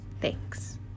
Thanks